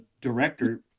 director